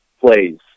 plays